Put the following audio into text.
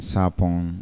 Sapon